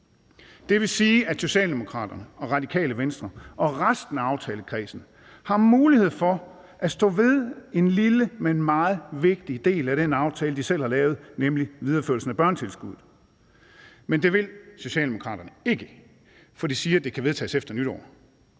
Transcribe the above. Det vil sige, at Socialdemokraterne, Radikale Venstre og resten af aftalekredsen har mulighed for at stå ved en lille, men meget vigtig del af den aftale, de selv har lavet, nemlig videreførelsen af børnetilskuddet. Men det vil Socialdemokraterne ikke, for de siger, at det kan vedtages efter nytår.